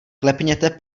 klepněte